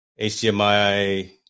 hdmi